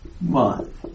month